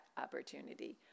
opportunity